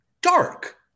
dark